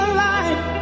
life